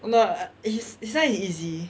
no his his [one] is easy